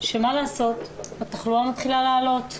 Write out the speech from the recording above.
מה לעשות, התחלואה מתחילה לעלות.